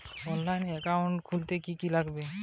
অনলাইনে একাউন্ট খুলতে কি কি লাগবে?